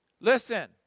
Listen